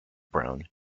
brown